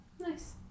nice